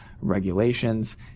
regulations